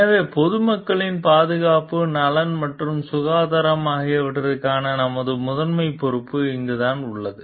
எனவே பொதுமக்களின் பாதுகாப்பு நலன் மற்றும் சுகாதாரம் ஆகியவற்றுக்கான நமது முதன்மை பொறுப்பு இங்குதான் உள்ளது